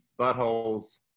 buttholes